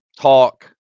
talk